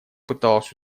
пыталась